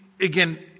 again